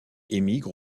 émigre